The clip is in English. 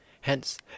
hence